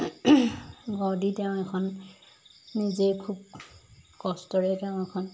গঢ় দি তেওঁ এখন নিজে খুব কষ্টৰে তেওঁ এখন